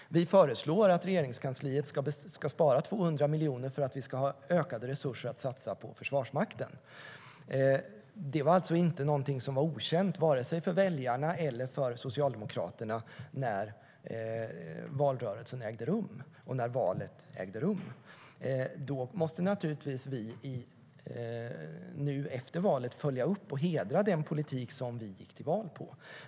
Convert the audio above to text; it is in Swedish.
Vi föreslår att Regeringskansliet ska spara 200 miljoner för att vi ska få ökade resurser att satsa på Försvarsmakten.Detta var inte okänt för vare sig väljarna eller Socialdemokraterna när valrörelsen och valet ägde rum. Efter valet måste vi naturligtvis följa upp och hedra den politik vi gick till val på.